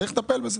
צריך לטפל בזה.